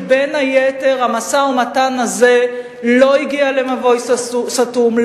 כי בין היתר המשא-ומתן הזה לא הגיע למבוי סתום,